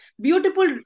beautiful